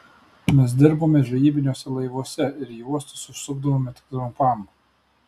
mes dirbome žvejybiniuose laivuose ir į uostus užsukdavome tik trumpam